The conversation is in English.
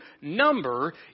number